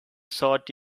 sort